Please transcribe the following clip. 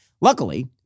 Luckily